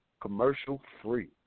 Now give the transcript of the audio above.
commercial-free